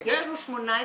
יש לנו 18 סניפים.